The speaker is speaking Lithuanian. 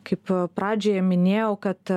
kaip pradžioje minėjau kad